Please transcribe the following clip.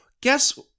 guess